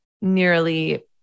nearly